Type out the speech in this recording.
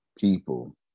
people